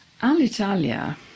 Alitalia